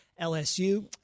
LSU